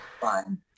Fine